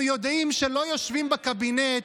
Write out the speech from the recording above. אנחנו יודעים שלא יושבים בקבינט,